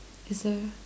is there